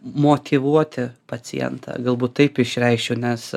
motyvuoti pacientą galbūt taip išreikščiau nes